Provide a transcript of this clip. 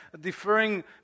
deferring